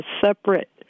separate